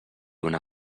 una